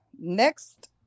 Next